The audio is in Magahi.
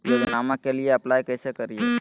योजनामा के लिए अप्लाई कैसे करिए?